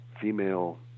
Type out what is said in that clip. female